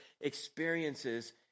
experiences